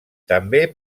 també